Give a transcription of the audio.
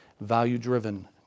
value-driven